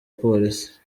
polisi